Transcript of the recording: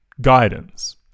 guidance